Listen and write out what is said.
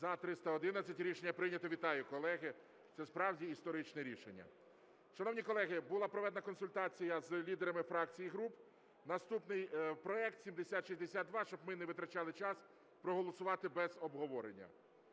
За-311 Рішення прийнято. Вітаю, колеги, це справді історичне рішення. Шановні колеги, була проведена консультація з лідерами фракцій і груп наступний проект 7062, щоб ми не витрачали час, проголосувати без обговорення.